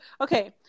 okay